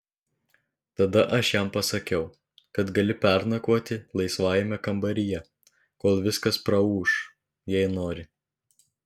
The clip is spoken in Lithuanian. tada aš jam pasakiau kad gali pernakvoti laisvajame kambaryje kol viskas praūš jei nori